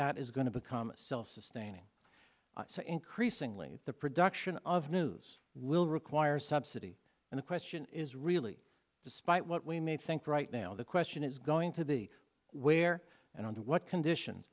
that is going to become self sustaining so increasingly the production of news will require a subsidy and the question is really despite what we may think right now the question is going to be where and under what condition